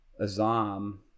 Azam